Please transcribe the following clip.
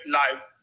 life